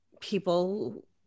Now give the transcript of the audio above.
people